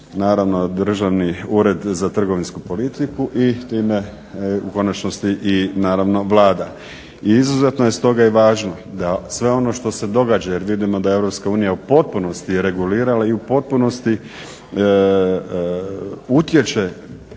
naravno Državni ured za trgovinsku politiku i time u konačnosti i naravno Vlada. I izuzetno je stoga i važno da sve ono što se događa jer vidimo da Europska unija u potpunosti je regulirala i u potpunosti utječe